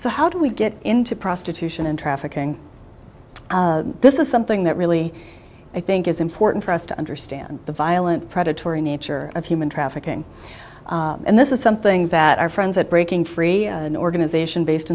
so how do we get into prostitution and trafficking this is something that really i think is important for us to understand the violent predatory nature of human trafficking and this is something that our friends at breaking free in organization based